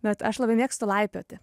bet aš labai mėgstu laipioti